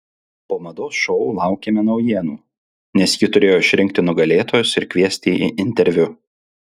po mados šou laukėme naujienų nes ji turėjo išrinkti nugalėtojus ir kviesti į interviu